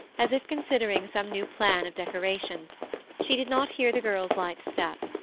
as if considering some new plan of decoration she did not hear the girl's light step.